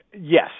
Yes